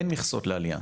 אין מכסות לעלייה.